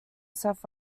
south